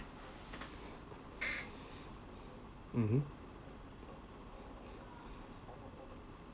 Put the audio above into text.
mmhmm